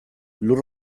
lur